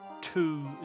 two